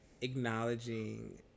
acknowledging